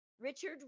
Richard